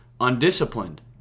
undisciplined